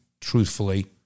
truthfully